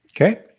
Okay